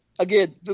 Again